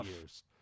years